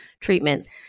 treatments